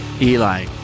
Eli